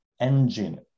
engine